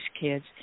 kids